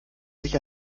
sich